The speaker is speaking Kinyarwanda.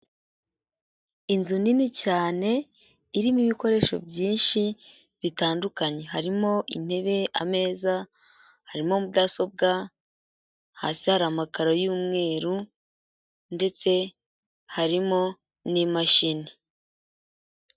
Inzu nini cyane irimo ibikoresho byinshi bitandukanye, harimo intebe, ameza, harimo mudasobwa, hasi hari amakaro y'umweru ndetse harimo n'imashini.